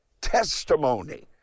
testimony